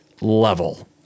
level